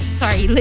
sorry